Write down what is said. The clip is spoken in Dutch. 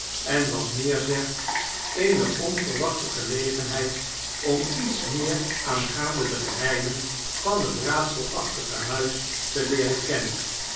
en wat meer zegt eene onverwachte gelegenheid om iets meer aangaande de geheimen van het raadselachtige huis te leeren kennen